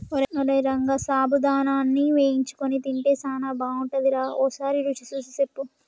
ఓరై రంగ సాబుదానాని వేయించుకొని తింటే సానా బాగుంటుందిరా ఓసారి రుచి సూసి సెప్పు